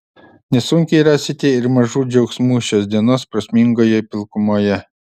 nesunkiai rasite ir mažų džiaugsmų šios dienos prasmingoje pilkumoje